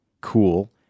cool